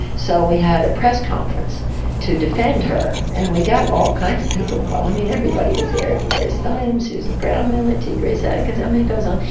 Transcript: so we had a press conference to defend her, and we got all kinds of people involved, and everybody was there, gloria steinem, susan brownmiller, ti-grace atkinson, um it goes on,